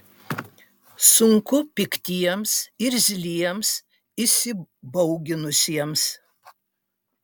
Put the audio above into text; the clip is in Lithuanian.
sunku piktiems irzliems įsibauginusiems